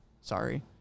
Sorry